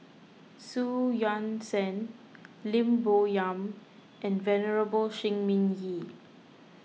Xu Yuan Zhen Lim Bo Yam and Venerable Shi Ming Yi